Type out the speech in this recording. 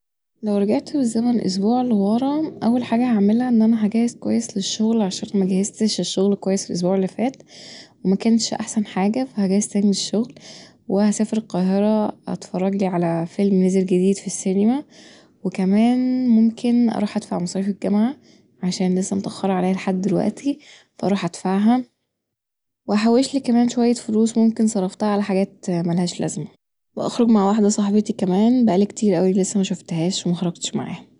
لو رجعت بالزمن أسبوع لورا أول حاجه هعملها اني اجهز كويس للشغل عشان مجهزتش الشغل كويس الأسبوع اللي فات ومكنش احسن حاجه فهجهز تاني للشغل وهسافر القاهره اتفرجلي علي فيلم نزل جديد في السنيما وكمان ممكن اروح ادفع مصاريف الجامعه عشان لسه متأخره عليا لحد الوقتي فهروح ادفعها واحوشلي كمان شويه فلوس صرفتها علي حاجات ملهاش لازمه واخرج مع واحده صاحبتي كمان بقالي كتير اوي لسه مشوفتهاش ومخرجتش معاها